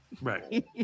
Right